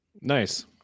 nice